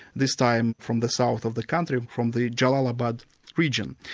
this time from the south of the country, from the jelalabad region.